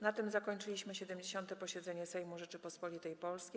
Na tym zakończyliśmy 70. posiedzenie Sejmu Rzeczypospolitej Polskiej.